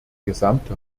gesamte